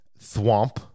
thwomp